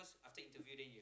cause after interview then you